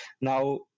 now